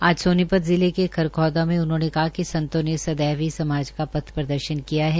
आज सोनीपत जिले के खरखौदा उन्होंने कहा कि संतो ने सदैव ही समाज का पथ प्रदर्शन किया है